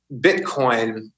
Bitcoin